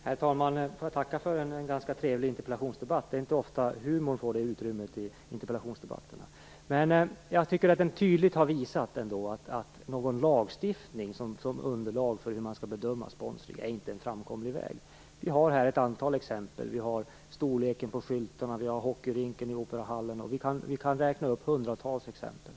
Herr talman! Jag vill tacka för en ganska trevlig interpellationsdebatt. Det är inte ofta som humorn får det utrymmet i interpellationsdebatterna. Jag tycker att debatten tydligt har visat att lagstiftning som underlag för hur man skall bedöma sponsring inte är en framkomlig väg. Det finns ett antal exempel, som storleken på skyltarna och hockeyrinken i operahallen. Vi kan räkna upp hundratals exempel.